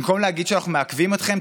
במקום להגיד שאנחנו מעכבים אתכם,